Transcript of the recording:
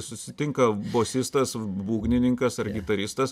susitinka bosistas būgnininkas ar gitaristas